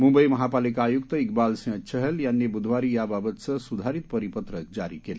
मुंबई महापालिका आयुक्त किबालसिंह चहल यांनी बुधवारी याबाबतच सुधारित परिपत्रक जारी केलं